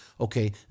okay